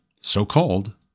so-called